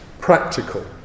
practical